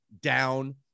down